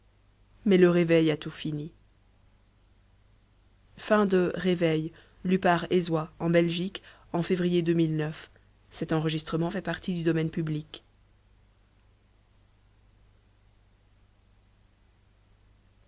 mais le réveil a tout fini